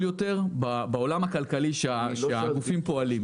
יותר בעולם הכלכלי שהגופים פועלים בו.